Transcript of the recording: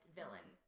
villain